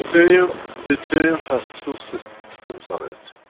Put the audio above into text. deuterium, deuterium has two so systems on it,